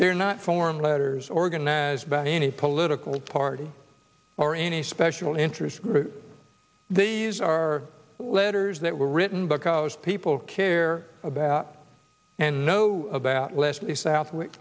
they're not form letters organized by any political party or any special interest group these are letters that were written because people care about and know about leslie southw